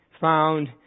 found